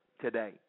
today